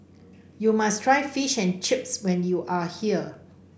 you must try Fish and Chips when you are here